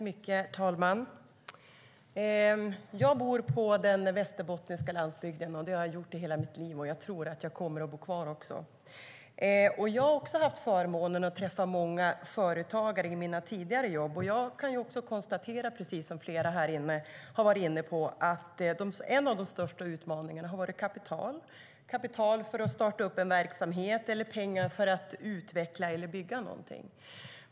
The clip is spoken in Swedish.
Herr talman! Jag bor på den västerbottniska landsbygden. Det har jag gjort i hela mitt liv, och jag tror att jag kommer att bo kvar. Jag har också haft förmånen att få träffa många företagare i mina tidigare jobb och kan konstatera, precis som flera här, att en av de största utmaningarna har varit kapital för att starta upp en verksamhet eller pengar för att utveckla eller bygga någonting.